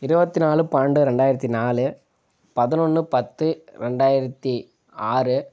இருபத்து நாலு பன்னெண்டு இரண்டாயிரத்தி நாலு பதினொன்னு பத்து ரெண்டாயிரத்தி ஆறு